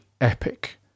epic